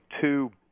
two